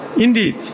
Indeed